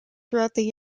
throughout